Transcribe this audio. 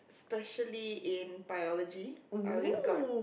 especially in biology I always got